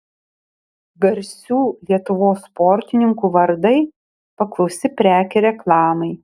garsių lietuvos sportininkų vardai paklausi prekė reklamai